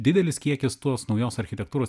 didelis kiekis tos naujos architektūros